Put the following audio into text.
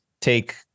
take